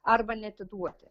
arba neatiduoti